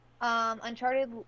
Uncharted